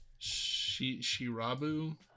Shirabu